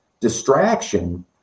distraction